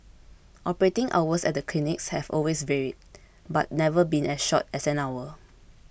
operating hours at the clinics have always varied but never been as short as an hour